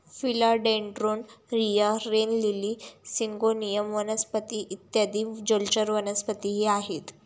फिला dendron, रिया, rain lily, syngonium वनस्पती इत्यादी जलचर वनस्पतीही आहेत